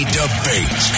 debate